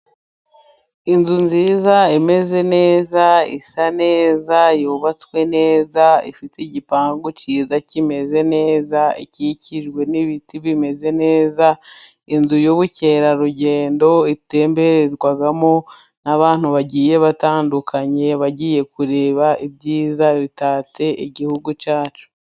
Inzu nziza imeze neza isa neza yubatswe neza, ifite igipangu cyiza kimeze neza ikikijwe n'ibiti bimeze neza, inzu y'ubukerarugendo itembererwamo n'abantu bagiye batandukanye, bagiye kureba ibyiza bitatse igihugu cyacu.